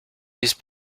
these